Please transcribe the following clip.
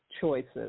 choices